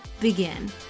begin